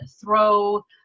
throw